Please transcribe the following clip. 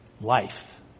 life